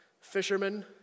Fishermen